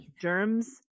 Germs